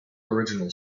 original